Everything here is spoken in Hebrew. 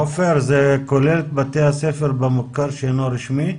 עופר, זה כולל את בתי הספר במוכר שאינו רשמי?